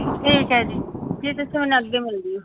ਠੀਕ ਹੈ ਜੀ ਜੀ ਤੁਸੀਂ ਮੈਨੂੰ ਅੱਗੇ ਮਿਲ ਜਿਓ